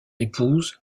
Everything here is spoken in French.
épouse